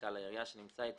מנכ"ל העירייה שנמצא אתנו,